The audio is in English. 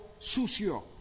sucio